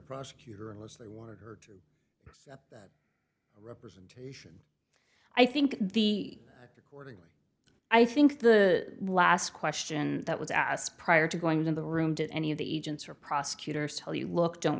prosecutor unless they wanted her to representation i think the wording i think the last question that was asked prior to going into the room did any of the agents or prosecutors tell you look don't